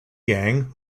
gang